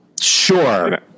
Sure